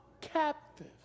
captive